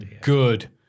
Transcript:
Good